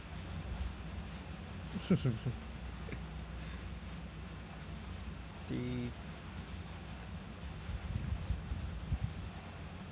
deep